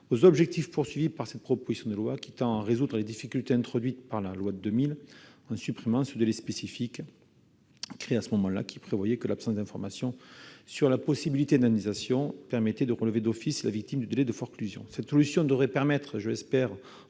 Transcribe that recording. aux objectifs visés par cette proposition de loi, qui tend à résoudre les difficultés introduites par la loi de 2000 en supprimant le délai spécifique créé à ce moment-là. En prévoyant que l'absence d'information sur la possibilité d'indemnisation permet de relever d'office la victime du délai de forclusion, ce texte devrait permettre, je l'espère